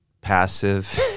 passive